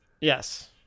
Yes